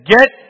Get